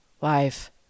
life